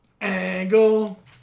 Angle